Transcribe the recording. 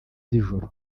z’ijoro